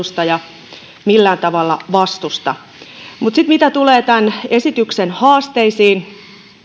edustaja millään tavalla vastusta mutta sitten mitä tulee tämän esityksen haasteisiin